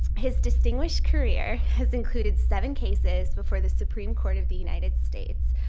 his distinguished career has included seven cases before the supreme court of the united states,